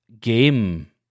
game